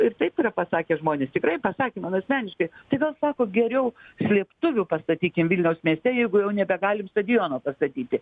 ir taip yra pasakę žmonės tikrai pasakę man asmeniškai tai gal sako geriau slėptuvių pastatykim vilniaus mieste jeigu jau nebegalim stadiono pastatyti